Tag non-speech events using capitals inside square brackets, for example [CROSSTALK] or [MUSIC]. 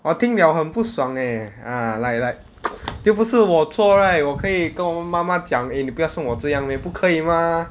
我听 liao 很不爽 leh ah like like [NOISE] 又不是我错 right 我可以跟我妈妈讲 eh 你不要生我这样 leh 不可以 mah